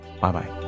bye-bye